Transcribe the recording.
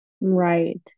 Right